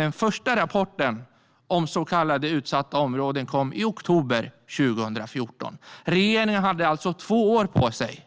Den första rapporten om så kallade utsatta områden kom i oktober 2014. Regeringen hade alltså två år på sig